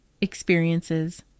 experiences